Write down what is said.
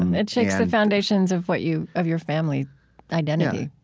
and it shakes the foundations of what you of your family identity